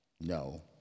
no